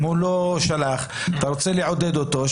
אם הוא לא שלח אתה רוצה לעודד אותו,